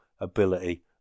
ability